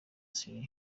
syria